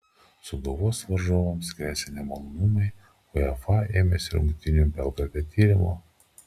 sūduvos varžovams gresia nemalonumai uefa ėmėsi rungtynių belgrade tyrimo